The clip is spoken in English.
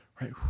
right